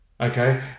Okay